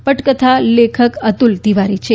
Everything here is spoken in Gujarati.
પટકથા લેખક અતુલ તિવારી છે